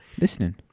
Listening